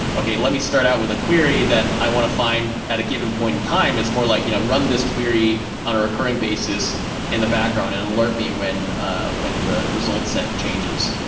okay. let me start out with a query that i want to find at a given point in time. it's more like, you know run this query on a recurring basis in the background and alert me when ah when the results set changes.